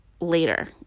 later